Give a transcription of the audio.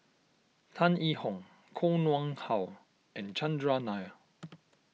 Tan Yee Hong Koh Nguang How and Chandran Nair